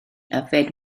yfed